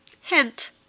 Hint